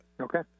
Okay